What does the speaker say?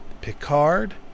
Picard